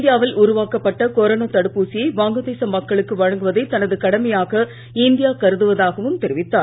இந்தியாவில் உருவாக்கப்பட்ட கொரோனா தடுப்பூசியை வங்கதேச மக்களுக்கு வழங்குவதை தனது கடமையாக இந்தியா கருதுவதாகவும் தொிவித்தார்